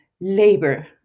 labor